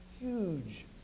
huge